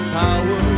power